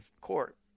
court